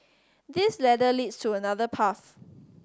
this ladder leads to another path